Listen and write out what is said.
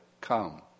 come